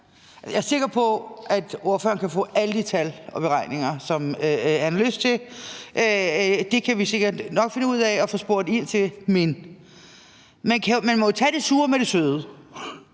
Jeg er sikker på, at ordføreren kan få alle de tal og beregninger, som han har lyst til, det kan vi sikkert nok finde ud af at få spurgt ind til. Men man må tage det sure med det søde.